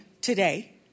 today